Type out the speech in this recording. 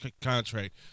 contract